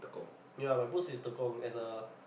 ya my post is Tekong as a